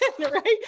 right